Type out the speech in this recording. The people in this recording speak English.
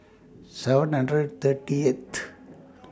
seven hundred thirty eight